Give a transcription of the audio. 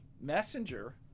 Messenger